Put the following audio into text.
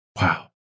Wow